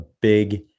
big